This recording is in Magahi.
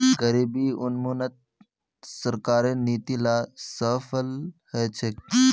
गरीबी उन्मूलनत सरकारेर नीती ला सफल ह छेक